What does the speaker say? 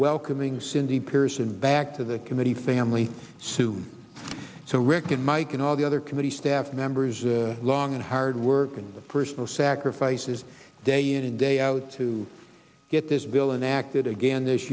welcoming cindy pearson back to the committee family sue so rick and mike and all the other committee staff members the long and hard work and the personal sacrifices day in and day out to get this bill and acted again this